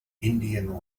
indian